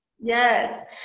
Yes